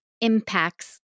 impacts